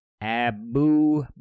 Abu